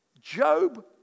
Job